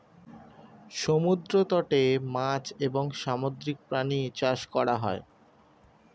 সমুদ্র তটে মাছ এবং সামুদ্রিক প্রাণী চাষ করা হয়